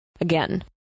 again